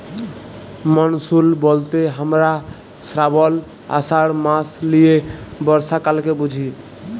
monsoon ব্যলতে হামরা শ্রাবল, আষাঢ় মাস লিয়ে বর্ষাকালকে বুঝি